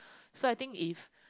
so I think if